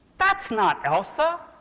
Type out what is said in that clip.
that's not elsa!